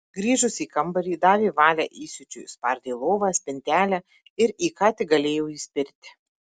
grįžusi į kambarį davė valią įsiūčiui spardė lovą spintelę ir į ką tik galėjo įspirti